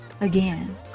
Again